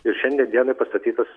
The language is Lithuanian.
ir šiandien dienai pastatytas